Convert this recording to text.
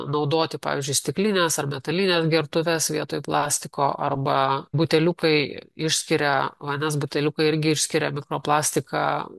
naudoti pavyzdžiui stiklines ar metalines gertuves vietoj plastiko arba buteliukai išskiria vandens buteliukai irgi išskiria mikroplastiką